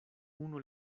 unu